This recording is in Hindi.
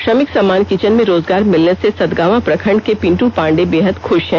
श्रमिक सम्मान किचन में रोजगार मिलने से सत्गावा प्रखण्ड के पिंट पांडेय बेहद ख्य हैं